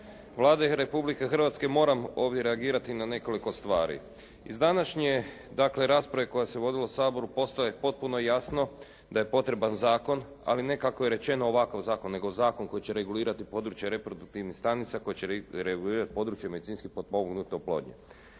Vlade Republike Hrvatske moram ovdje reagirati na nekoliko stvari. Iz današnje dakle rasprave koja se vodila u Saboru postaje potpuno jasno da je potreban zakon ali ne kako je rečeno ovakav zakon nego zakon koji će regulirati područje reproduktivnih stanica, koji će regulirati područje medicinski potpomognute oplodnje.